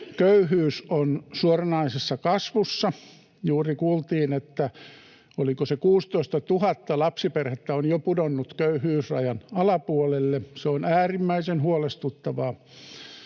Köyhyys on suoranaisessa kasvussa. Juuri kuultiin, oliko se 16 000 lapsiperhettä, jotka ovat jo pudonneet köyhyysrajan alapuolelle — se on äärimmäisen huolestuttavaa.